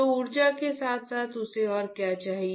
तो ऊर्जा के साथ साथ उसे और क्या चाहिए